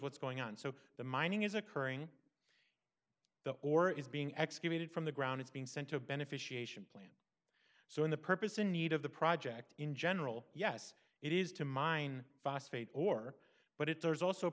what's going on so the mining is occurring the or is being excavated from the ground it's being sent to a beneficiation plant so in the purpose in need of the project in general yes it is to mine phosphate or but it is also